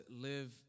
live